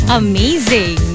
amazing